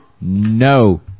No